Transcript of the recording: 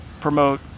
promote